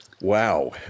Wow